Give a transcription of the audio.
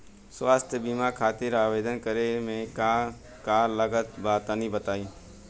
स्वास्थ्य बीमा खातिर आवेदन करे मे का का लागत बा तनि बताई?